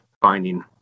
finding